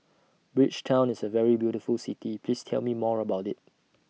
Bridgetown IS A very beautiful City Please Tell Me More about IT